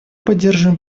поддерживаем